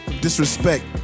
Disrespect